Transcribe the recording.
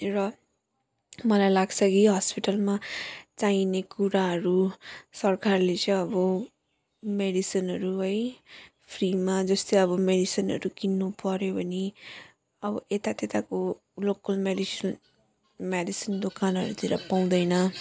र मलाई लाग्छ कि हस्पिटलमा चाहिने कुराहरू सरखारले चाहिँ अब मेडिसिनहरू है फ्रीमा जस्तै अब मेडिसिनहरू किन्नु पर्यो भने अब यता त्यताको लोकल मेडिस मेडिसिन दोकानहरूतिर पाउँदैन